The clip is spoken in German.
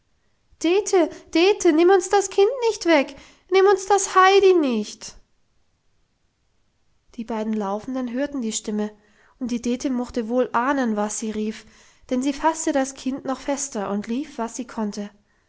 dete dete nimm uns das kind nicht weg nimm uns das heidi nicht die beiden laufenden hörten die stimme und die dete mochte wohl ahnen was sie rief denn sie fasste das kind noch fester und lief was sie konnte